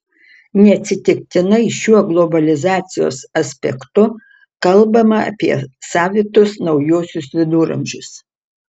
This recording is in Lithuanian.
neatsitiktinai šiuo globalizacijos aspektu kalbama apie savitus naujuosius viduramžius